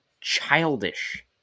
Childish